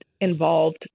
Involved